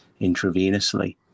intravenously